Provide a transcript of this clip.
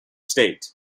state